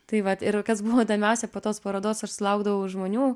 tai vat ir kas buvo įdomiausia po tos parodos aš sulaukdavau žmonių